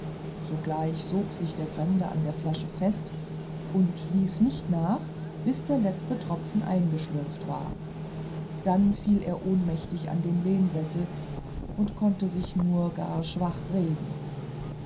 sogleich sog sich der fremde an der flasche fest und ließ nicht nach bis der letzte tropfen eingeschlürft war dann fiel er wie ohnmächtig in den lehnsessel und konnte sich nur ganz schwach regen